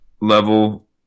level